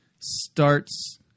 starts